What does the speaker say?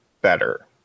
better